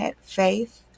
faith